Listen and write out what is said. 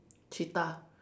cheetah